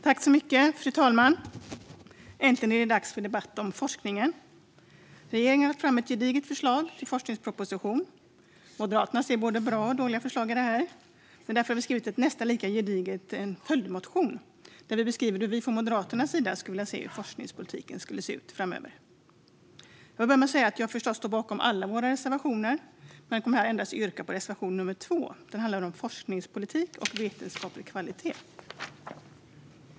Fru talman! Äntligen är det dags för debatt om forskningen! Regeringen har lagt fram ett gediget förslag till forskningsproposition. Moderaterna ser både bra och dåliga förslag i det här, och därför har vi skrivit en nästan lika gedigen följdmotion där vi beskriver hur vi från Moderaterna skulle vilja se forskningspolitiken framöver. Jag vill börja med att säga att jag förstås står bakom om alla våra reservationer men kommer här att yrka bifall endast till reservation 2, som handlar om forskningspolitik och vetenskaplig kvalitet.